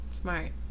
smart